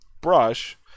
brush